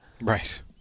Right